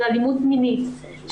של אלימות מינית,